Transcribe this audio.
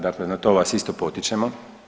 Dakle, na to vas isto potičemo.